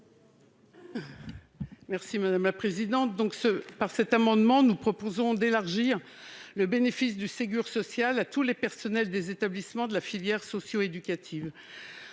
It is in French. Monge. Par le présent amendement, nous proposons d'élargir le bénéfice du Ségur social à tous les personnels des établissements de la filière socio-éducative.